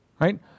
Right